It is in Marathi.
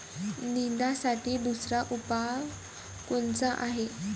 निंदनासाठी दुसरा उपाव कोनचा हाये?